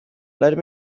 let